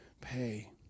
pay